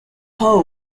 how